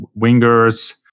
wingers